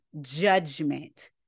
Judgment